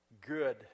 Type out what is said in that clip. good